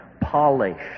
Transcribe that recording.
polished